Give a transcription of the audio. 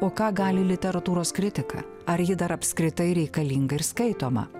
o ką gali literatūros kritika ar ji dar apskritai reikalinga ir skaitoma